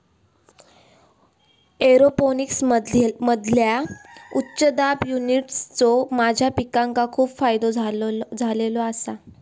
एरोपोनिक्समधील्या उच्च दाब युनिट्सचो माझ्या पिकांका खूप फायदो झालेलो आसा